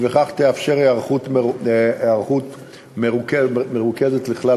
וכך תתאפשר היערכות מרוכזת לכלל